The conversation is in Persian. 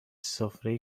سفره